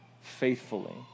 faithfully